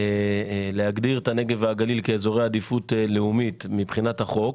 להגדיר את הנגב והגליל כאזורי עדיפות לאומית מבחינת החוק,